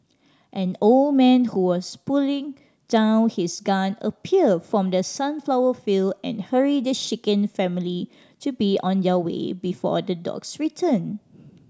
an old man who was putting down his gun appeared from the sunflower field and hurried the shaken family to be on their way before the dogs return